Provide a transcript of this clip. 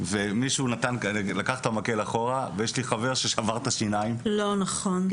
ומישהו לקח את המקל אחורה ויש לי חבר ששבר את השיניים -- לא נכון.